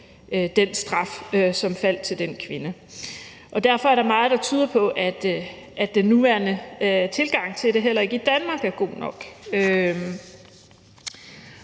den straf, som faldt til den kvinde. Og derfor er der meget, der tyder på, at den nuværende tilgang til det – heller ikke i Danmark – er god nok.